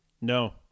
No